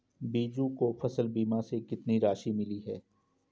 बीजू को फसल बीमा से कितनी राशि मिली है?